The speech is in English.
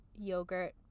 yogurt